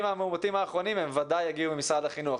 המאומתים האחרונים הם בוודאי הגיעו ממשרד החינוך.